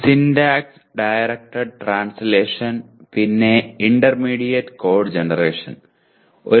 syntax directed translation പിന്നെ intermediate code ജനറേഷനും